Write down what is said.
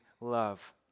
love